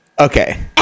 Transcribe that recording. Okay